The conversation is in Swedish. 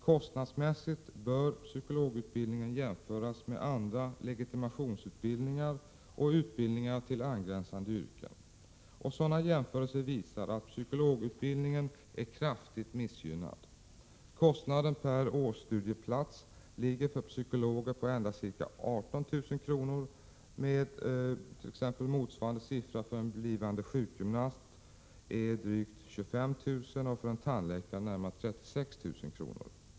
Kostnadsmässigt bör psykologutbildningen jämföras med andra legitimationsutbildningar och utbildningar till angränsande yrken. Sådana jämförelser visar att psykologutbildningen är kraftigt missgynnad. Kostnaden per årsstudieplats ligger för psykologer på endast ca 18 000 kr. medan motsvarande siffra för en blivande sjukgymnast är drygt 25 000 kr. och för en tandläkare närmare 36 000 kr.